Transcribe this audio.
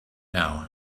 now